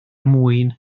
mwyn